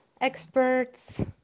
experts